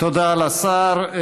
תודה לשר.